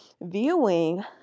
viewing